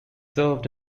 served